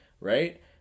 right